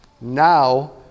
Now